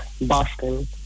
Boston